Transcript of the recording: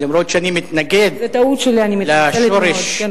אף-על-פי שאני מתנגד לשורש יש"ב,